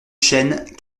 chêne